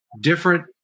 different